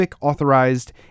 authorized